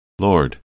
Lord